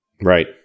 Right